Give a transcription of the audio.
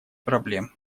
проблем